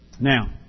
Now